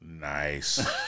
Nice